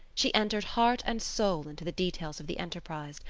she entered heart and soul into the details of the enterprise,